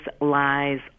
lies